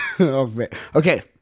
Okay